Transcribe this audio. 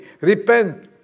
Repent